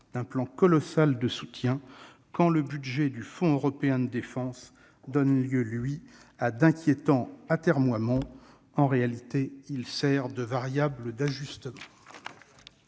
d'un plan colossal de soutien, quand le budget du Fonds européen de la défense donne lieu, lui, à d'inquiétants atermoiements. En réalité, il sert de variable d'ajustement